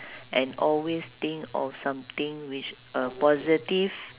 and always think of something which are positive